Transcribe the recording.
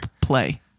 play